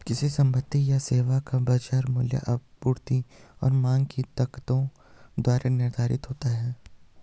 किसी संपत्ति या सेवा का बाजार मूल्य आपूर्ति और मांग की ताकतों द्वारा निर्धारित होता है